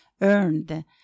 earned